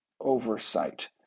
oversight